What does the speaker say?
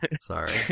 sorry